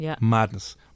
Madness